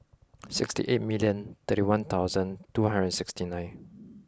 sixty eight million thirty one thousand two hundred and sixty nine